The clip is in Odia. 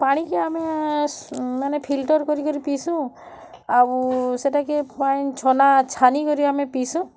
ପାଣି କି ଆମେ ମାନେ ଫିଲଟର୍ କରିକିରି ପିଇସୁ ଆଉ ସେଟାକେ ପାଣି ଛାନିକରି ଆମେ ପିଇସୁଁ